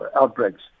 outbreaks